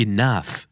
Enough